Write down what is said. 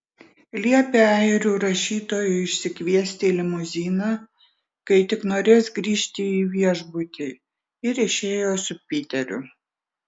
liepė airių rašytojui išsikviesti limuziną kai tik norės grįžti į viešbutį ir išėjo su piteriu